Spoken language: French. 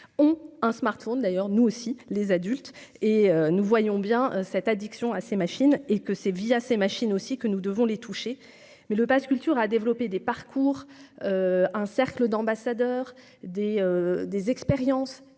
ont un smartphone d'ailleurs nous aussi les adultes et nous voyons bien cette addiction à ces machines et que ces via ces machines aussi que nous devons les toucher, mais le Pass culture à développer des parcours un cercle d'ambassadeurs des des expériences